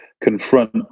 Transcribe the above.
confront